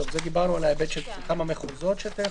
דיברנו על ההיבט של כמה מחוזות שאתה יכול.